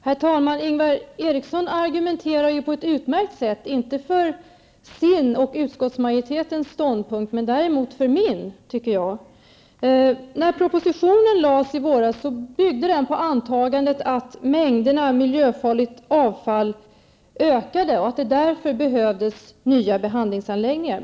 Herr talman! Ingvar Eriksson argumenterar ju på ett utmärkt sätt, inte för sin och utskottsmajoritetens ståndpunkt, däremot för min, tycker jag. När propositionen lades fram i våras byggde den på antagandet att mängderna miljöfarligt avfall ökade och att det därför behövdes nya behandlingsanläggningar.